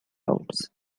house